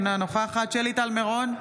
אינה נוכחת שלי טל מירון,